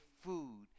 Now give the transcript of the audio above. food